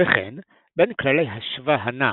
וכן בין כללי השווא הנע